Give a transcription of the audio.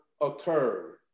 occurred